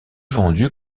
vendue